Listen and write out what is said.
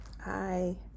Hi